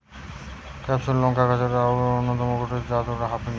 ক্যাপসিমাক লংকা গোত্রের গাছ আর অউর অন্যতম গটে জাত হয়ঠে হালাপিনিও